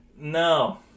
No